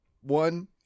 One